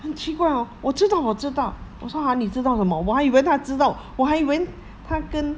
很奇怪 hor 我知道我知道我说 !huh! 你知道什么我还以为他知道我还以为他跟